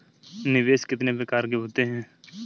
निवेश कितने प्रकार के होते हैं?